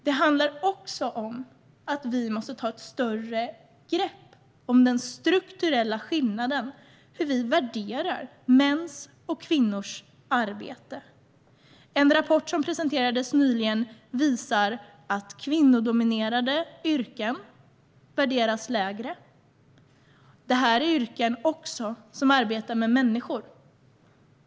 Det handlar också om att vi måste ta ett större grepp om den strukturella skillnaden när det gäller hur vi värderar mäns och kvinnors arbete. En rapport som presenterades nyligen visar att kvinnodominerade yrken värderas lägre. Detta är yrken där man arbetar med människor.